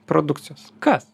produkcijos kas